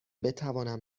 بتوانم